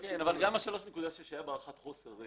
גם ה-3.6 היה בהערכת חוסר.